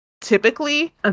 typically